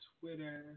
Twitter